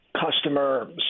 customer